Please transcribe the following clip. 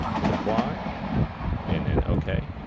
hit apply and then ok.